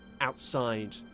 outside